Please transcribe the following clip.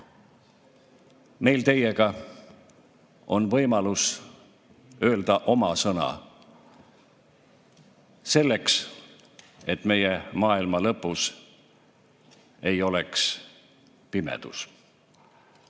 Meil teiega on võimalus öelda oma sõna selleks, et meie maailma lõpus ei oleks pimedus,